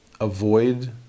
avoid